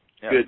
Good